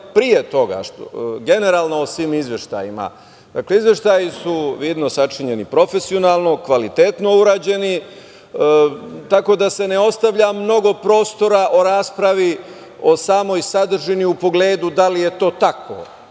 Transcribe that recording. pre toga, generalno o svim izveštajima. Dakle, izveštaji su vidno sačinjeni profesionalno, kvalitetno urađeni, tako da se ne ostavlja mnogo prostora o raspravi o samoj sadržini u pogledu da li je to tako,